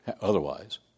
otherwise